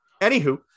Anywho